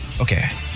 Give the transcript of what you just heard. okay